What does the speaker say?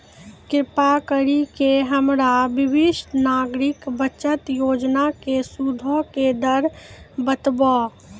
कृपा करि के हमरा वरिष्ठ नागरिक बचत योजना के सूदो के दर बताबो